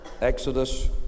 Exodus